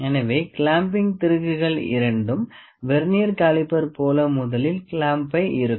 எனவே கிளாம்பிங் திருகுகள் இரண்டும் வெர்னியர் காலிபர் போல முதலில் கிளம்பை இறுக்கும்